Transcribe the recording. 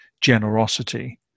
generosity